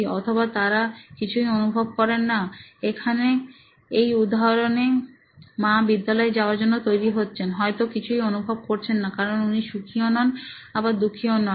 অথবা তাঁরা কিছুই অনুভব করেন না এখন এই উদাহরণে মা বিদ্যালয় যাওয়ার জন্য তৈরি হচ্ছেন হয়তো কিছুই অনুভব করছেন না কারণ উনি খুশিও নন আবার দুঃখীও নন